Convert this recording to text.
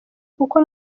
kuko